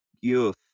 youth